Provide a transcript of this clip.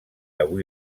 avui